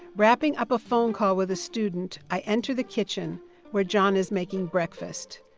wrapping up a phone call with a student, i enter the kitchen where john is making breakfast.